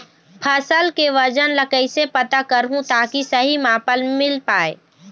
फसल के वजन ला कैसे पता करहूं ताकि सही मापन मील पाए?